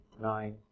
nine